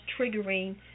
triggering